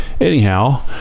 anyhow